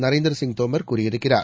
நரேந்திர சிங் தோமர் கூறியிருக்கிறார்